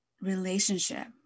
relationship